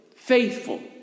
Faithful